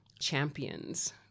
champions